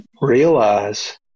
realize